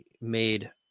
made